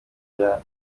bya